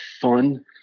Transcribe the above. fun